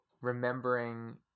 remembering